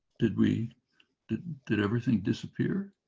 did we did did everything disappear?